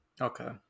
Okay